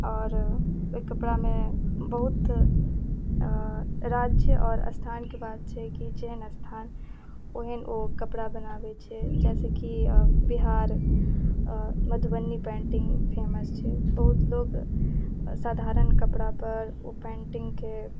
आओर ओहि कपड़ामे बहुत राज्य आओर स्थानके बात छै कि जेहन स्थान ओहन ओ कपड़ा बनाबै छै जाहि सऽ कि बिहार मधुबनी पेन्टिंग फेमस छै बहुत लोग साधारण कपड़ा पर ओ पेन्टिंगके